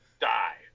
die